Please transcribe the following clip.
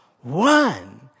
one